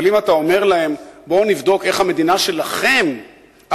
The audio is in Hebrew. אבל אם אתה אומר להם: בואו נבדוק איך המדינה שלכם ערוכה,